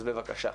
בבקשה.